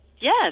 yes